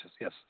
yes